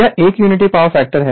यह एक unity power factor है